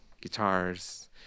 guitars